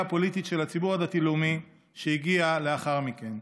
הפוליטית של הציבור הדתי-לאומי שהגיעה לאחר מכן.